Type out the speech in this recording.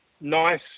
nice